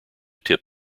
tip